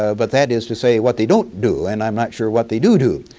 ah but that is to say what they don't do and i'm not sure what they do, do.